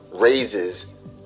raises